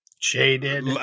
jaded